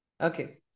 Okay